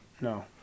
No